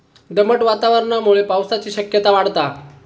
दमट वातावरणामुळे पावसाची शक्यता वाढता